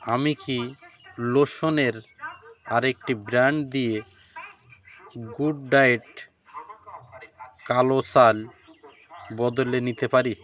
আমি কি লোশনের আরেকটি ব্র্যান্ড দিয়ে গুড ডায়েট কালো চাল বদলে নিতে পারি